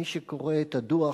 מי שקורא את הדוח,